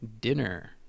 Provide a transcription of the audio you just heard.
dinner